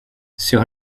sur